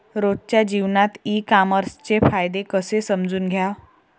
रोजच्या जीवनात ई कामर्सचे फायदे कसे समजून घ्याव?